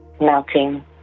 melting